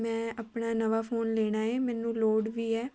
ਮੈਂ ਆਪਣਾ ਨਵਾਂ ਫੋਨ ਲੈਣਾ ਏ ਮੈਨੂੰ ਲੋੜ ਵੀ ਹੈ